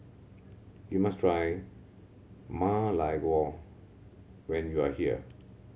you must try Ma Lai Gao when you are here